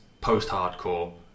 post-hardcore